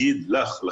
על